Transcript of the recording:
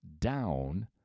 down